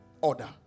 order